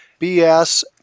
BS